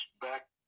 back